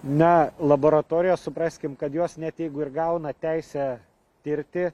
na laboratorijos supraskim kad jos net jeigu ir gauna teisę tirti